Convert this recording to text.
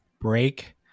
break